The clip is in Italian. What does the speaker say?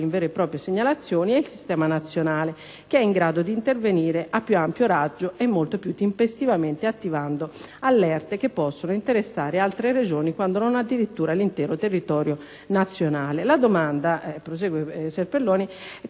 in vere e proprie segnalazioni) e il Sistema nazionale, che è in grado d'intervenire a più ampio raggio e molto più tempestivamente, attivando allerte che possono interessare altre Regioni quando non addirittura l'intero territorio nazionale». Serpelloni